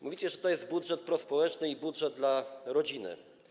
Mówicie, że to jest budżet prospołeczny, budżet dla rodziny.